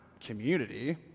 community